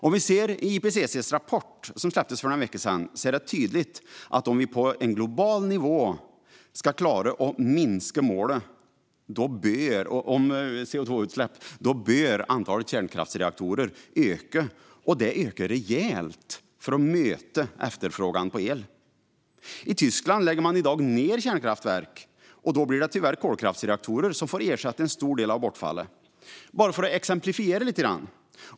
Om vi tittar i IPCC:s rapport som släpptes för några veckor sedan är det tydligt att om vi på en global nivå ska klara målet om minskat CO2-utsläpp bör antalet kärnkraftsreaktorer öka rejält för att kunna möta efterfrågan på el. I Tyskland lägger man i dag ned kärnkraftverk, och då blir det tyvärr kolkraftsreaktorer som får ersätta en stor del av bortfallet. Jag kan bara exemplifiera lite grann.